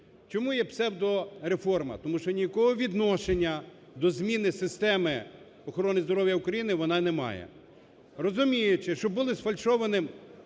Чому є псевдореформа? Тому що ніякого відношення до зміни системи охорони здоров'я України вона не має. Розуміючи, що були сфальшовані